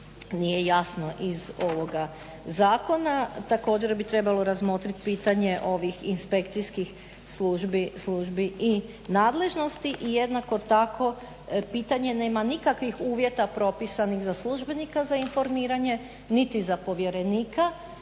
nije jasno iz ovoga zakona. Također bi trebalo razmotriti pitanje ovih inspekcijskih službi i nadležnosti i jednako tako pitanje nema nikakvih uvjeta propisanih za službenika za informiranje, niti za povjerenika,